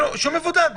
שהוא מבודד.